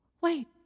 Wait